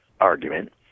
argument